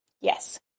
yes